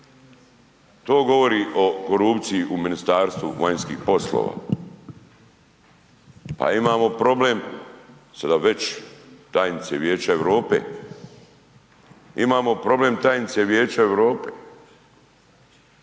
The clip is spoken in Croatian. To govori o korupciji u Ministarstvu vanjskih poslova. Pa imamo problem sada već tajnice Vijeća Europe, imamo problem tajnice Vijeća Europe